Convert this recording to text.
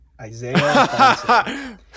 Isaiah